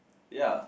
ya